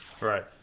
Right